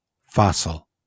fossil